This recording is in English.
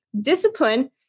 discipline